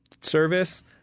service